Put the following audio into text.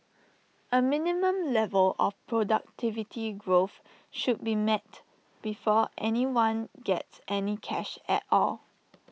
A minimum level of productivity growth should be met before anyone gets any cash at all